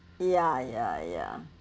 ya ya ya